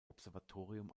observatorium